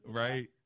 right